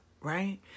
right